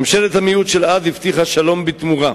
ממשלת המיעוט של אז הבטיחה שלום בתמורה,